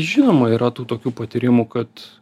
žinoma yra tų tokių patyrimų kad